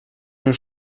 mir